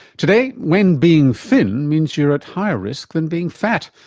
today, when being thin means you are at higher risk than being fat.